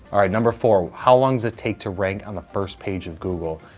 alright. number four how long does it take to rank on the first page of google?